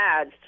ads